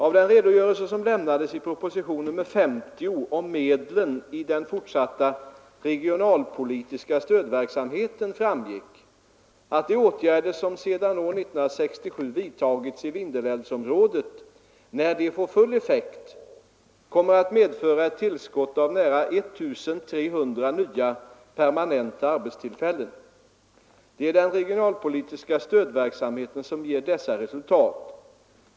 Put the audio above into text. Av den redogörelse som lämnades i proposition nr 50 om medlen i den fortsatta regionalpolitiska stödverksamheten framgick att de åtgärder som sedan år 1967 vidtagits i Vindelälvsområdet, när de får full effekt, kommer att medföra ett tillskott av nära 1 300 nya permanenta arbetstillfällen. Det är den regionalpolitiska stödverksamheten som ger dessa resultat.